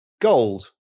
gold